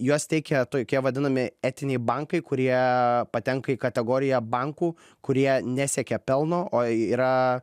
juos teikia tokie vadinami etiniai bankai kurie patenka į kategoriją bankų kurie nesiekia pelno o yra